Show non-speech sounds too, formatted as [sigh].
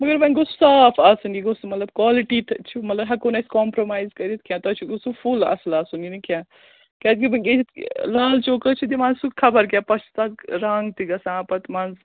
مگر وۄنۍ گوٚژھ صاف آسُن یہِ گوٚژھ نہٕ مطلب کالِٹی تہٕ چھُ مطلب ہٮ۪کو نہٕ أسۍ کامپرومایِز کٔرِتھ کیٚنٛہہ تۄہہِ چھُ گوٚژھُو فُل آصٕل آسُن یہِ نہٕ کینٛہہ کیٛازکہِ [unintelligible] لال چوک حظ چھِ دِوان سُہ خبر کیٛاہ پتہٕ چھُ تَتھ رنٛگ تہِ گژھان پتہٕ منٛز